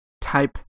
type